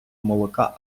молока